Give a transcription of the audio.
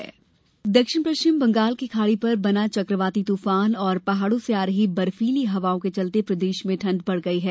मौसम दक्षिण पश्चिम बंगाल की खाड़ी पर बना चक्रवाती तूफ़ान और पहाड़ों से आ रही बफीर्ली हवाओं के चलते प्रदेश में ठंड बढ़ गई है